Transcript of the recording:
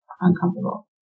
uncomfortable